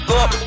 up